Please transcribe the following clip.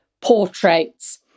portraits